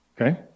Okay